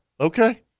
Okay